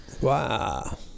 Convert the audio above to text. Wow